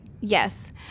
Yes